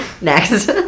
Next